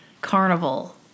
carnival